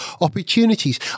opportunities